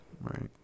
Right